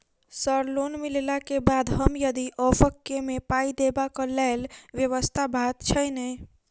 Sir loan मिलला केँ बाद हम यदि ऑफक केँ मे पाई देबाक लैल व्यवस्था बात छैय नै?